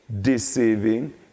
deceiving